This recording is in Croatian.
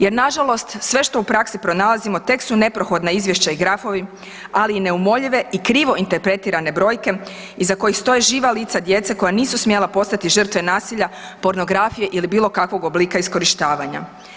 Jer, nažalost, sve što u praksi pronalazimo tek su neprohodna izvješća i grafovi, ali i neumoljive i krivo interpretirane brojke iza kojih stoje živa lica djece koja nisu smjela postati žrtve nasilja, pornografije ili bilo kakvog oblika iskorištavanja.